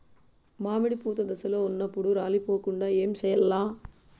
మామిడి పూత దశలో ఉన్నప్పుడు రాలిపోకుండ ఏమిచేయాల్ల?